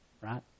right